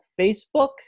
Facebook